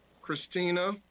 Christina